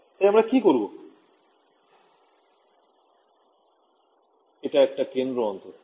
ছাত্র ছাত্রী ঃ এটা একটা কেন্দ্র অন্তর